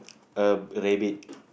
a rabbit